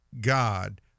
God